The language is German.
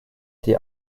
die